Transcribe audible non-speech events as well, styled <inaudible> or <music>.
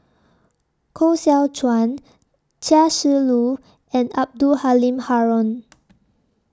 Koh Seow Chuan Chia Shi Lu and Abdul Halim Haron <noise>